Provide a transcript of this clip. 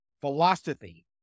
philosophy